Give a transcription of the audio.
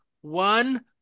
one